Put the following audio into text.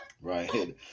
right